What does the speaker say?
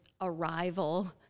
arrival